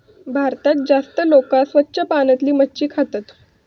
भारतात जास्ती लोका स्वच्छ पाण्यातली मच्छी खातत